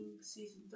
Season